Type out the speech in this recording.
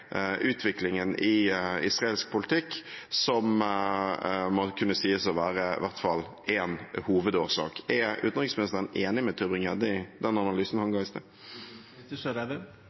utviklingen i israelsk politikk som må kunne sies å være i hvert fall en hovedårsak. Er utenriksministeren enig med Tybring-Gjedde i den analysen han ga